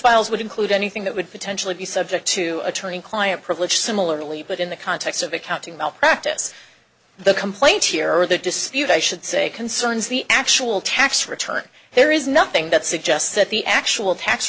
files would include anything that would potentially be subject to attorney client privilege similarly but in the context of accounting malpractise the complaint here or the dispute i should say concerns the actual tax return there is nothing that suggests that the actual tax